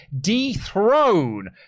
dethrone